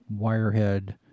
Wirehead